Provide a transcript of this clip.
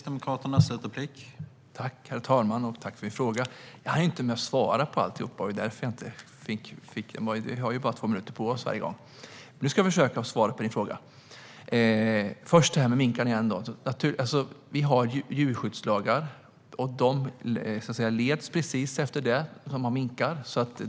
Herr talman! Jag tackar för frågan. Jag hann inte svara på alltihop. Vi har ju bara två minuter på oss varje gång. Nu ska jag försöka svara på din fråga. Först vill jag svara på det här med minkarna igen. Vi har djurskyddslagar. De som har minkar leds av dem.